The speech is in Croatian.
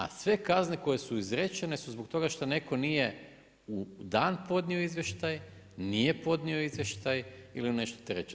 A sve kazne koje su izrečene su zbog toga šta netko nije u dan podnio izvještaj, nije podnio izvještaj ili nešto treće.